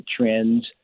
trends